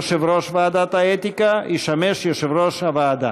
יושב-ראש ועדת האתיקה, ישמש יושב-ראש הוועדה,